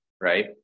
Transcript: right